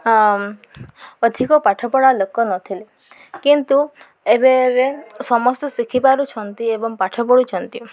ଅଧିକ ପାଠପଢ଼ା ଲୋକ ନଥିଲେ କିନ୍ତୁ ଏବେ ଏବେ ସମସ୍ତେ ଶିଖିପାରୁଛନ୍ତି ଏବଂ ପାଠ ପଢ଼ୁଛନ୍ତି